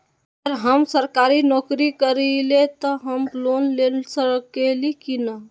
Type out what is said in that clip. अगर हम सरकारी नौकरी करईले त हम लोन ले सकेली की न?